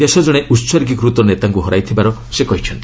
ଦେଶ ଜଣେ ଉସର୍ଗୀକୃତ ନେତାଙ୍କୁ ହରାଇଥିବାର ସେ କହିଛନ୍ତି